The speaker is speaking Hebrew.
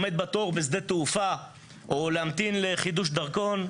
בשדה התעופה או לחידוש דרכון,